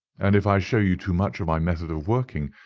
and if i show you too much of my method of working,